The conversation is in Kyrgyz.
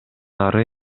ары